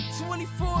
24